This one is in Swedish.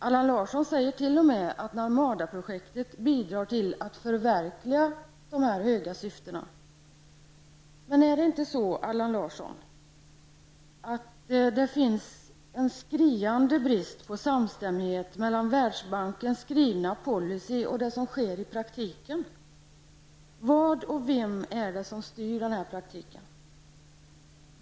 Allan Larsson säger t.o.m. att Narmadaprojektet bidrar till att så här höga syften kan förverkligas. Men är det inte så, Allan Larsson, att det råder en skriande brist på samstämmighet mellan Världsbankens skrivna policy och det som sker i praktiken? Vad och vem är det som styr denna praktik?